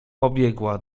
pobiegła